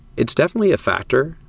it's definitely a factor.